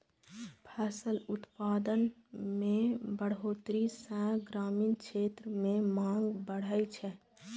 फसल उत्पादन मे बढ़ोतरी सं ग्रामीण क्षेत्र मे मांग बढ़ै छै